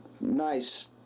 nice